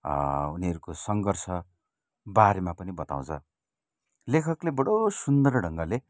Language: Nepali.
उनीहरूको सङ्घर्ष बारेमा पनि बताउँछ लेखकले बडो सुन्दर ढङ्गले